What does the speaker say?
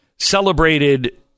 celebrated